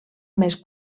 més